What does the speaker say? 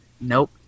nope